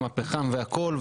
עם הפחם והכל.